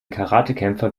karatekämpfer